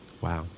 Wow